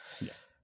Yes